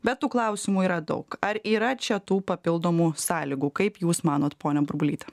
bet tų klausimų yra daug ar yra čia tų papildomų sąlygų kaip jūs manote ponia burbulyte